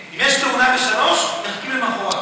אם יש תאונה ב-15:00, מחכים עד למחרת.